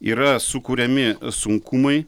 yra sukuriami sunkumai